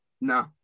no